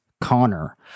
Connor